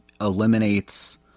eliminates